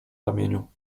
ramieniu